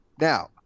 Now